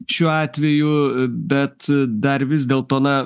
šiuo atveju bet dar vis geltona